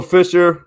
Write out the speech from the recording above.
Fisher